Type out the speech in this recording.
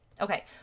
Okay